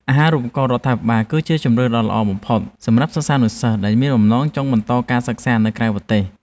អាហារូបករណ៍រដ្ឋាភិបាលគឺជាជម្រើសដ៏ល្អបំផុតសម្រាប់សិស្សានុសិស្សដែលមានបំណងចង់បន្តការសិក្សានៅក្រៅប្រទេស។